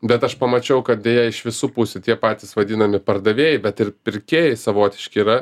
bet aš pamačiau kad deja iš visų pusių tie patys vadinami pardavėjai bet ir pirkėjai savotiški yra